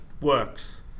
works